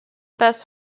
pass